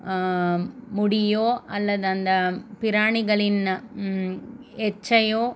முடியோ அல்லது அந்த பிராணிகளின் எச்சையோ